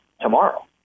tomorrow